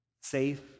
safe